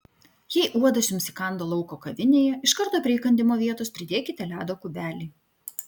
jei uodas jums įkando lauko kavinėje iš karto prie įkandimo vietos pridėkite ledo kubelį